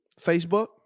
Facebook